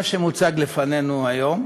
מה שמוצג לפנינו היום